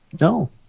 No